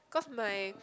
cause my